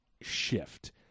shift